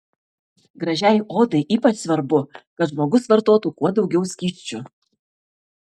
gražiai odai ypač svarbu kad žmogus vartotų kuo daugiau skysčių